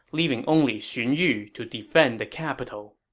leaving only xun yu to defend the capital